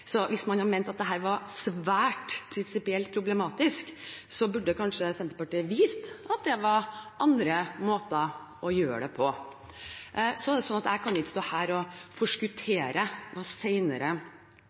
Hvis man har ment at dette var svært prinsipielt problematisk, burde kanskje Senterpartiet vist at det var andre måter å gjøre det på. Jeg kan ikke stå her og